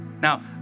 Now